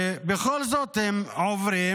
ובכל זאת הם עוברים,